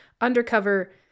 undercover